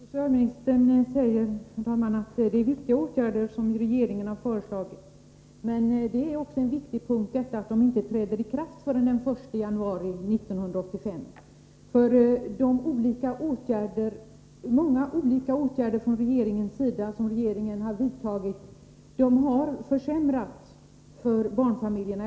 Herr talman! Socialministern säger att det är viktiga åtgärder som regeringen har föreslagit. Men det är också en viktig punkt att de inte träder i kraft förrän den 1 januari 1985. Många olika åtgärder som regeringen har vidtagit har försämrat för barnfamiljerna.